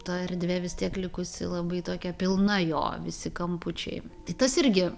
ta erdvė vis tiek likusi labai tokia pilna jo visi kampučiai tai tas irgi